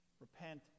Repent